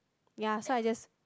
ya so I just